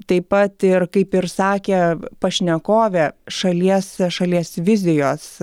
taip pat ir kaip ir sakė pašnekovė šalies šalies vizijos